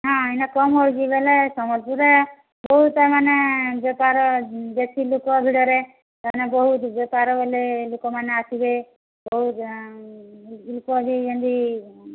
ହଁ ଏଇନା କମ୍ ହେଉଛି ବୋଇଲେ ସମ୍ବଲପୁରରେ ବହୁତ ମାନେ ବେପାର ବେଶି ଲୋକ ଭିଡ଼ରେ ତାନେ ବହୁତ ବେପାର ହେଲେ ଲୋକମାନେ ଆସିବେ ବହୁତ ଲୋକ ବି ଯେମିତି